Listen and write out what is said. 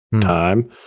time